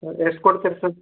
ಎಷ್ಟು ಕೊಡ್ತೀರಿ ಸರ್